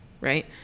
right